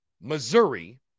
Missouri